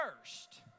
first